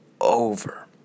over